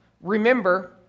Remember